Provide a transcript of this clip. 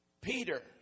Peter